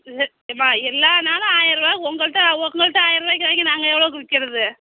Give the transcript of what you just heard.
இல்லை எம்மா எல்லா நாளும் ஆயிர்ரூவா உங்கள்கிட்ட உங்கள்கிட்ட ஆயிர்ருவாக்கு வாங்கி நாங்கள் எவ்வளோக்கு விற்கிறது